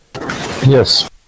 Yes